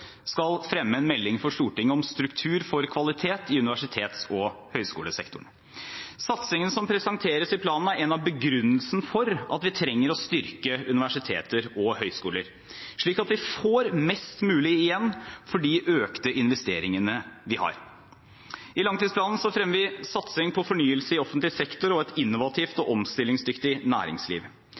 skal fremme en melding for Stortinget om struktur for kvalitet i universitets- og høyskolesektoren. Satsingen som presenteres i planen, er en av begrunnelsene for at vi trenger å styrke universiteter og høyskoler, slik at vi får mest mulig igjen for de økte investeringene de har. I langtidsplanen fremmer vi satsing på fornyelse i offentlig sektor og et innovativt og omstillingsdyktig næringsliv.